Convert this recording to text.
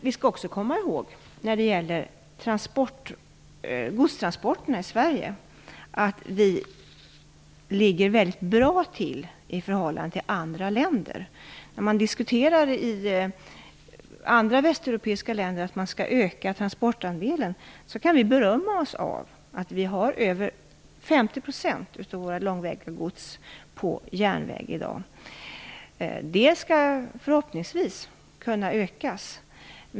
Vi skall också komma ihåg att Sverige ligger väldigt bra till när det gäller godstransporter med tåg i förhållande länder. När man i andra västeuropeiska länder diskuterar att man skall öka transportandelen kan vi berömma oss av att vi i dag transporterar över Den andelen skall vi förhoppningsvis kunna öka.